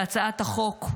בהצעת החוק,